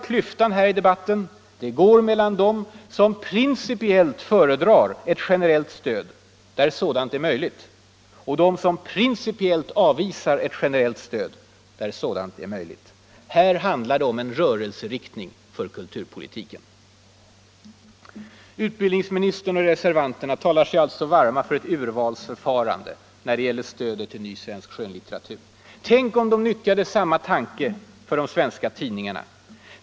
Klyftan här i debatten går mellan dem som principiellt föredrar ett generellt stöd, där sådant är möjligt, och dem som principiellt avvisar ett generellt stöd, där sådant är möjligt. Här handlar det om en rörelseriktning för kulturpolitiken. Utbildningsministern och reservanterna talar sig alltså varma för ett ”urvalsförfarande”, när det gäller stödet till ny svensk skönlitteratur. Tänk om de nyttjade samma tanke för de svenska tidningarna!